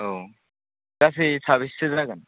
औ गासै साबैसेसो जागोन